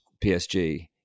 PSG